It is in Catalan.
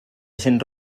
gent